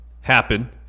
happen